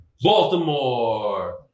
Baltimore